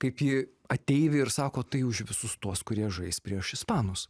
kaip į ateivį ir sako tai už visus tuos kurie žais prieš ispanus